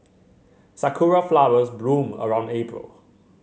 sakura flowers bloom around April